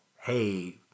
hey